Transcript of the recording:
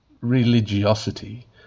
religiosity